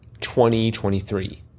2023